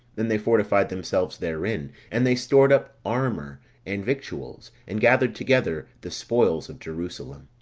and they fortified themselves therein and they stored up armour and victuals, and gathered together the spoils of jerusalem